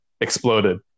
exploded